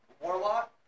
Warlock